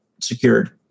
secured